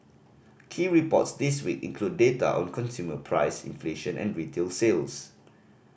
key reports this week include data on consumer price inflation and retail sales